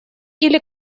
или